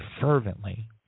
fervently